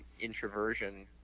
introversion